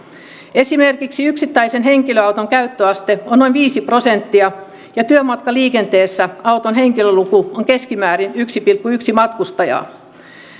esimerkiksi yksittäisen henkilöauton käyttöaste on noin viisi prosenttia ja työmatkaliikenteessä auton henkilöluku on keskimäärin yksi pilkku yksi matkustajaa